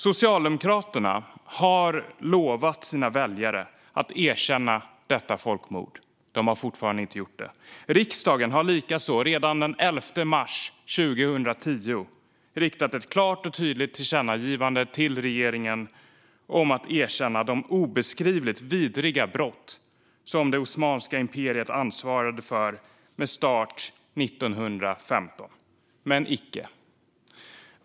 Socialdemokraterna har lovat sina väljare att erkänna detta folkmord. De har fortfarande inte gjort det. Riksdagen riktade redan den 11 mars 2010 ett klart och tydligt tillkännagivande till regeringen om att erkänna de obeskrivligt vidriga brott som det osmanska imperiet ansvarade för med start 1915, men icke.